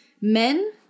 men